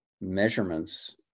measurements